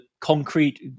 concrete